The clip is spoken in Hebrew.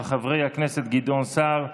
של חברי הכנסת גדעון סער,